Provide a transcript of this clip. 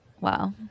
wow